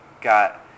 got